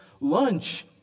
lunch